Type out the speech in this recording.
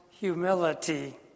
humility